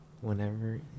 whenever